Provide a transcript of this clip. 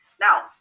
Now